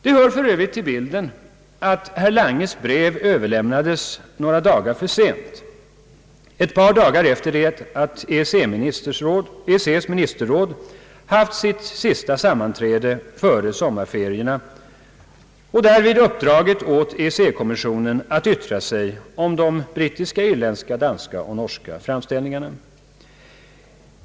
Det hör för övrigt till bilden att herr Langes brev överlämnades några dagar för sent, ett par dagar efter det att EEC:s ministerråd haft sitt sista sammanträde före sommarferierna och därvid uppdragit åt EEC-kommissionen att yttra sig om de brittiska, irländska, danska och norska framställningarna.